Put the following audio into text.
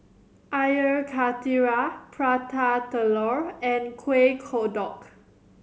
Air Karthira Prata Telur and Kueh Kodok